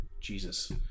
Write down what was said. Jesus